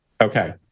Okay